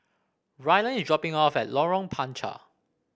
Ryland is dropping off at Lorong Panchar